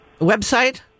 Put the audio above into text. website